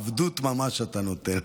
עבדות ממש אתה נוטל.